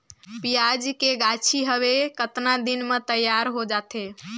पियाज के गाछी हवे कतना दिन म तैयार हों जा थे?